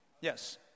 Yes